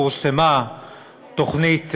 פורסמה תוכנית,